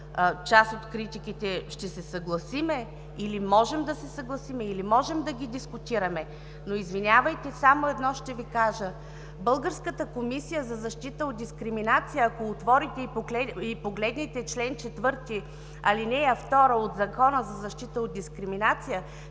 част от критиките ще се съгласим или можем да се съгласим, или можем да ги дискутираме, но, извинявайте, само едно ще Ви кажа: българската Комисия за защита от дискриминация, ако отворите и погледнете чл. 4, ал. 2 от Закона за защита от дискриминация,